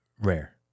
rare